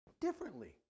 differently